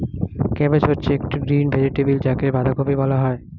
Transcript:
cabbage হচ্ছে একটি green vegetable যাকে বাঁধাকপি বলা হয়